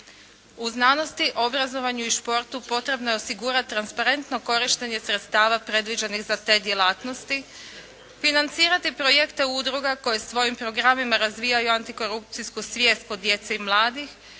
U znanosti, obrazovanju i športu potrebno je osigurati transparentno korištenje sredstava predviđenih za te djelatnosti, financirati projekte udruga koje svojim programima razvijaju antikorupcijsku svijest kod djece i mladih